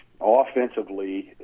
Offensively